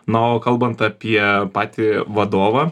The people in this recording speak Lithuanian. na o kalbant apie patį vadovą